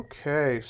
Okay